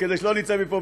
כדי שלא נצא מפה,